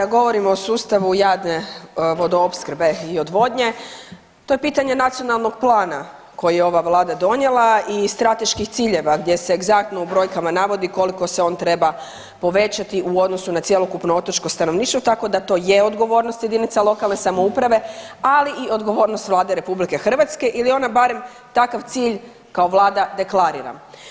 Kada govorimo o sustavu javne vodoopskrbe i odvodnje, to je pitanje nacionalnog plana koji je ova vlada donijela i strateških ciljeva gdje se egzaktno u brojkama navodi koliko se on treba povećati u odnosu na cjelokupno otočko stanovništvo, tako da to je odgovornost jedinica lokalne samouprave, ali i odgovornost Vlade RH ili ona barem takav cilj kao vlada deklarira.